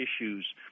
issues